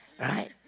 Right